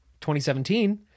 2017